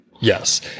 Yes